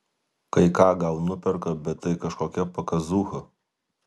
kai ką gal nuperka bet tai kažkokia pakazūcha